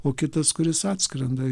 o kitas kuris atskrenda